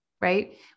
Right